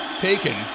taken